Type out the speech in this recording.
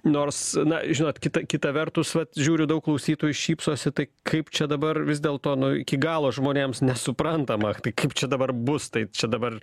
nors na žinot kita kita vertus vat žiūriu daug klausytojų šypsosi tai kaip čia dabar vis dėl to nu iki galo žmonėms nesuprantama kaip čia dabar bus tai čia dabar